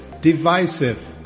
divisive